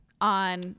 on